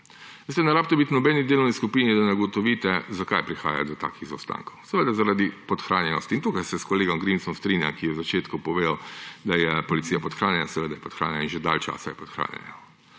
Ni treba biti v nobeni delovni skupini, da ugotovite, zakaj prihaja do takih zaostankov. Seveda zaradi podhranjenosti. Tukaj se s kolegom Grimsom strinjam, ki je na začetku povedal, da je policija podhranjena. Seveda je podhranjena že dlje časa, ne